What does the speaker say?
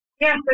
Yes